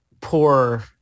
poor